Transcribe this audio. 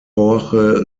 jorge